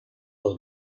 les